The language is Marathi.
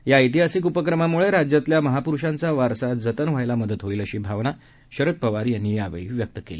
या ऐतिहासिक उपक्रमाम्ळे राज्यातल्या महाप्रुषांचा वारसा जतन व्हायला होईल अशी भावना शरद पवार यांनी यावेळी व्यक्त केली